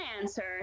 answer